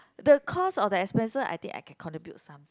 the cost or the expenses I think I can contribute some